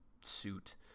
suit